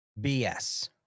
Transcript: BS